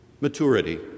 maturity